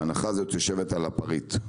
ההנחה יושבת על הפריט,